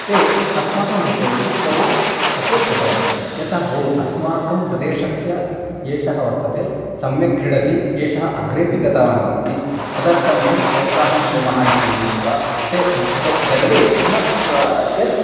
ते अस्माकं कृतेऽपि बहु सपोर्ट् कृतवन्तः यथा हो अस्माकं प्रदेशस्य एषः वर्तते सम्यक् क्रीडति एषः अग्रेऽपि गतवानस्ति तदर्थं वयं प्रोत्साहं कुर्मः इति मिलित्वा च सर्वे सर्वे मम स्व यद्